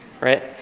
right